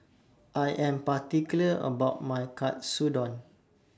I Am particular about My Katsudon